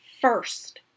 first